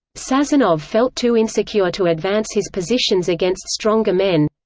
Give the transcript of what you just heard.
sazonov felt too insecure to advance his positions against stronger men.